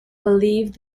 believed